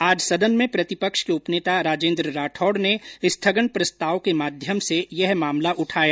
आज सदन में प्रतिपक्ष के उपनेता राजेन्द्र राठौड़ ने स्थगन प्रस्ताव के माध्यम से यह मामला उठाया